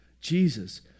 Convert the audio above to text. Jesus